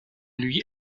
lui